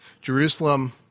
Jerusalem